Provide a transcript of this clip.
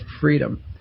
freedom